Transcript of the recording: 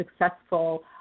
successful